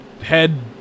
head